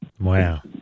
Wow